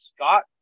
Scott